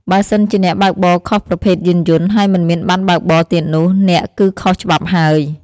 បើសិនជាអ្នកបើកបរខុសប្រភេទយានយន្ដ ហើយមិនមានប័ណ្ណបើកបរទៀតនោះ អ្នកគឺខុសច្បាប់ហើយ។